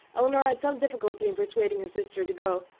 elinor had some difficulty in persuading her sister to go,